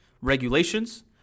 regulations